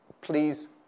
Please